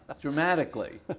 Dramatically